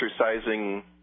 exercising